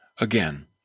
again